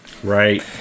Right